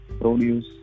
produce